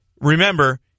Remember